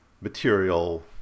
material